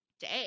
day